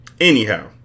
Anyhow